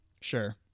sure